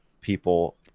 people